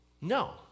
No